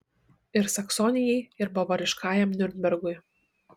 ir saksonijai ir bavariškajam niurnbergui